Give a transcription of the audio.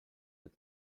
être